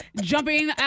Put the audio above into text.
jumping